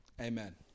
Amen